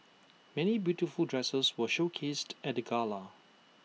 many beautiful dresses were showcased at the gala